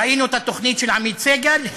ראינו את התוכנית של עמית סגל,